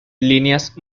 líneas